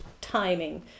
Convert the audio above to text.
timing